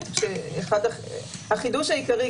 החידוש העיקרי,